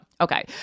Okay